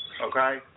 Okay